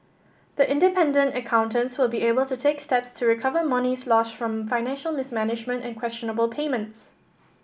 the independent accountants will be able to take steps to recover monies lost from financial mismanagement and questionable payments